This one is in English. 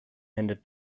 handed